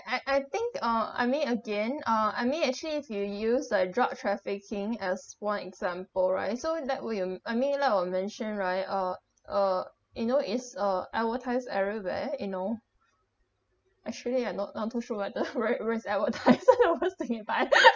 I I think uh I mean again ah I mean actually if you use the drug trafficking as one example right so in that way you I mean like were mentioned right uh uh you know is uh advertise everywhere you know actually I not not too sure whether right word is advertise that I was thinking but I